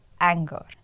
anger